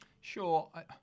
Sure